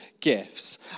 gifts